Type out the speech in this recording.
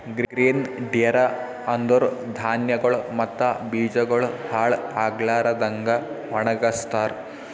grain dryer ಅಂದುರ್ ಧಾನ್ಯಗೊಳ್ ಮತ್ತ ಬೀಜಗೊಳ್ ಹಾಳ್ ಆಗ್ಲಾರದಂಗ್ ಒಣಗಸ್ತಾರ್